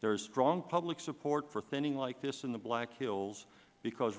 there is strong public support for thinning like this in the black hills because